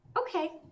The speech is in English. Okay